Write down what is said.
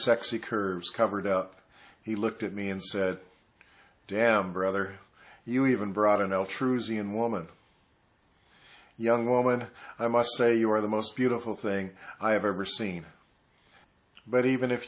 sexy curves covered up he looked at me and said damn brother you even brought in l true z and woman young woman i must say you are the most beautiful thing i have ever seen but even if